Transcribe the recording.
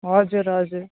हजुर हजुर